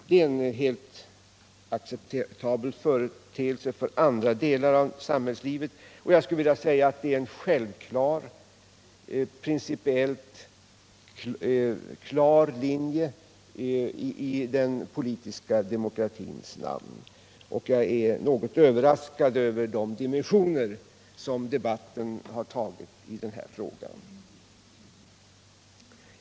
Detta är en helt acceptabel företeelse för andra delar av samhällslivet, och jag skulle vilja säga att det är en principiellt klar linje i den politiska demokratins namn. Jag är något överraskad över de dimensioner debatten tagit i den här frågan.